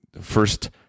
First